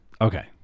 Okay